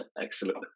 Excellent